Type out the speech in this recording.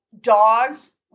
dogs